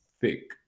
thick